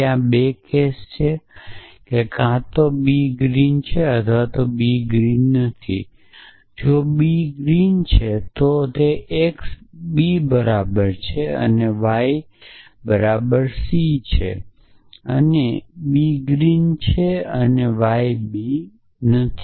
ત્યાં 2 કેસો છે કે કાં તો b ગ્રીન છે અથવા b ગ્રીન નથી જો b ગ્રીન છે તો x b બરાબર છે અને y બરાબર સી પર છે અને b ગ્રીન છે અને y b નથી